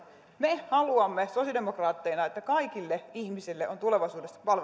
me haluamme sosiaalidemokraatteina että kaikille ihmisille on tulevaisuudessa palvelut